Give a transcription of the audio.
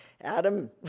Adam